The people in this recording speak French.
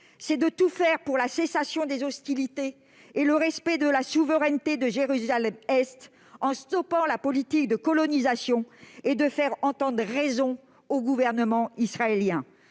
c'est de tout faire pour la cessation des hostilités et le respect de la souveraineté de Jérusalem-Est en stoppant la politique de colonisation. Il faut absolument faire entendre raison au gouvernement israélien.